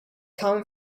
come